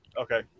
Okay